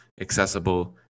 accessible